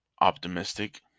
optimistic